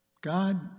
God